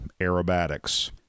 aerobatics